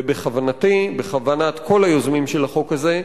ובכוונתי, בכוונת כל היוזמים של החוק הזה,